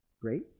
great